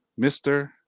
Mr